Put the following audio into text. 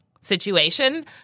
situation